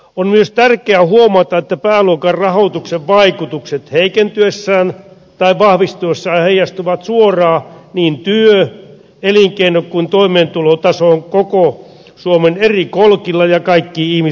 on myös tärkeää huomata että pääluokan rahoituksen vaikutukset heikentyessään tai vahvistuessaan heijastuvat suoraan niin työ elinkeino kuin toimeentulotasoonkin koko suomen eri kolkilla ja kaikkiin ihmisryhmiin